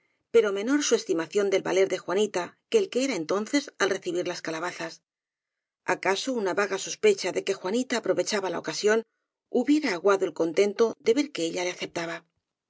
pero me nor su estimación del valer de juanita que el que era entonces al recibir las calabazas acaso una vaga sospecha de que juanita aprovechaba la oca sión hubiera aguado el contento de ver que ella le aceptaba